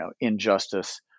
injustice